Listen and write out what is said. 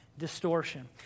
distortion